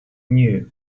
knew